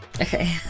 Okay